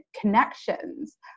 connections